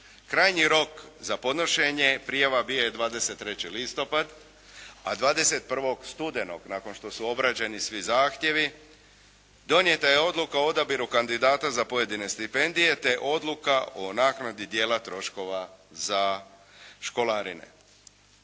Krajnji rok za podnošenje prijava bio je 23. listopada, a 21. studenoga nakon što su obrađeni svi zahtjevi donijeta je odluka o odabiru kandidata za pojedine stipendije te odluka o naknadi dijela troškova za školarine.